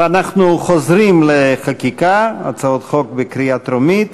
אנחנו חוזרים לחקיקה, הצעות חוק לקריאה טרומית.